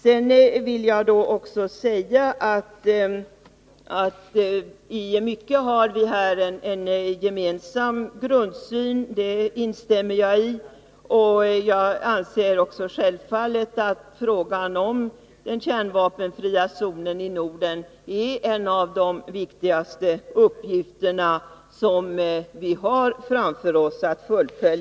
Sedan vill jag säga att jag instämmer i att vi i mycket har en gemensam grundsyn i dessa frågor. Självfallet anser jag också att frågan om den kärnvapenfria zonen i Norden är en av de viktigaste uppgifterna som vi har framför oss.